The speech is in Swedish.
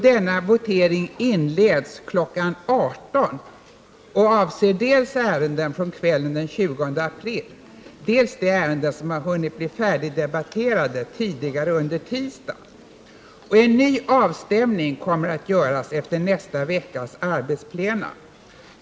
Denna votering inleds kl. 18.00 och avser dels ärenden från kvällen den 20 april, dels de ärenden som har hunnit bli färdigdebatterade tidigare under tisdagen. En ny avstämning kommer att göras efter nästa veckas arbetsplena.